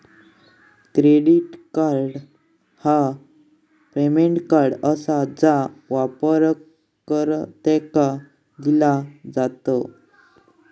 credit card ह्या payment card आसा जा वापरकर्त्यांका दिला जात